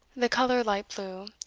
the colour light blue,